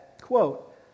quote